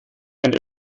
ein